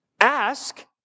Ask